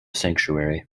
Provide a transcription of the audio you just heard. sanctuary